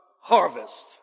harvest